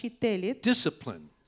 discipline